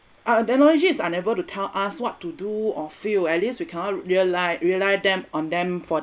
ah technology is unable to tell us what to do or feel at least we cannot rely rely them on them for